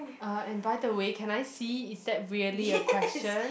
uh and by the way can I see is that really a question